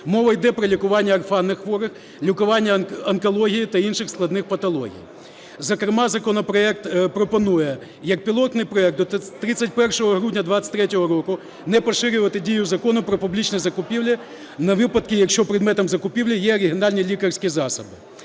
Мова йде про лікування орфанних хворих, лікування онкології та інших складних патологій. Зокрема законопроект пропонує, як пілотний проект, до 31 грудня 2023 року не поширювати дію Закону "Про публічні закупівлі" на випадки, якщо предметом закупівлі є оригінальні лікарські засоби.